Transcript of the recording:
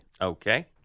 Okay